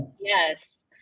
yes